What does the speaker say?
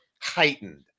heightened